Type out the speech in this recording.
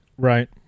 Right